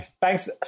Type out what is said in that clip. Thanks